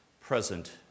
present